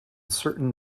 certain